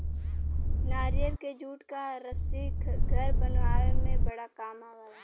नारियल के जूट क रस्सी घर बनावे में बड़ा काम आवला